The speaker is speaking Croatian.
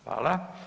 Hvala.